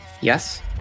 Yes